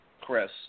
Chris